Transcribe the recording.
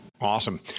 Awesome